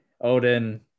Odin